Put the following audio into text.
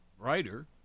brighter